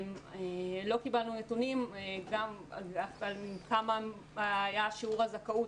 לא קיבלנו נתונים מה היה שיעור הזכאות,